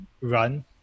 run